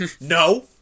No